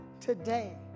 today